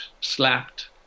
slapped